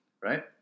right